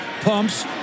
pumps